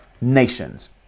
nations